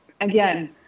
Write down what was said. again